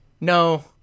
No